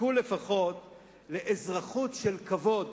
יזכו לפחות לאזרחות של כבוד